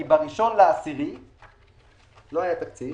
כי ב-1 באוקטובר לא היה תקציב,